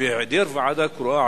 בהיעדר ועדה קרואה,